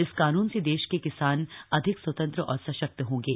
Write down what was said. इस कानून से देश के किसान को अधिक स्वतंत्र और सशक्त होंगे